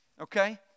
Okay